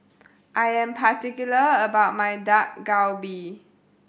I am particular about my Dak Galbi